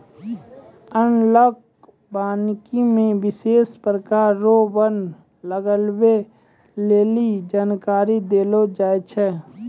एनालाँक वानिकी मे विशेष प्रकार रो वन लगबै लेली जानकारी देलो जाय छै